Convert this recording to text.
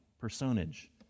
personage